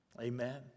Amen